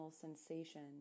sensation